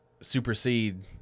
supersede